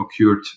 occurred